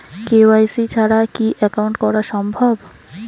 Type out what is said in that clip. KYC ছাড়া কি account করা সম্ভব?